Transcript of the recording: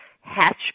Hatch